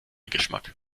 geschmack